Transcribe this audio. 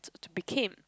to became